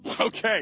Okay